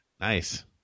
Nice